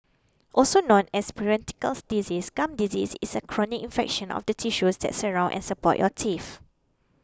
also known as periodical diseases gum disease is a chronic infection of the tissues that surround and support your teeth